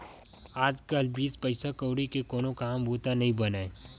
आज कल बिन पइसा कउड़ी के कोनो काम बूता नइ बनय